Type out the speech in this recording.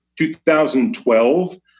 2012